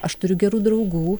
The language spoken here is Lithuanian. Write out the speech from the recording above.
aš turiu gerų draugų